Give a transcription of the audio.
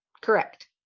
Correct